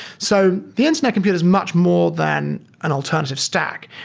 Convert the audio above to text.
so the internet computer is much more than an alternative stack.